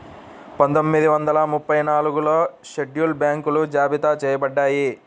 పందొమ్మిది వందల ముప్పై నాలుగులో షెడ్యూల్డ్ బ్యాంకులు జాబితా చెయ్యబడ్డాయి